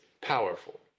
powerful